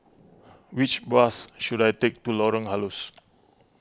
which bus should I take to Lorong Halus